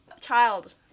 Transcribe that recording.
child